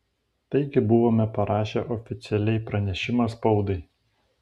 taigi buvome parašę oficialiai pranešimą spaudai